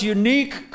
unique